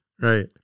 Right